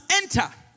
enter